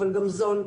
אבל גם זול,